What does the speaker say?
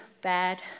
bad